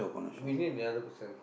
we need another person